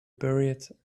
buried